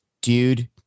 Dude